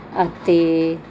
ਅਤੇ